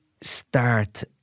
start